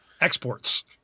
exports